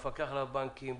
המפקח על הבנקים,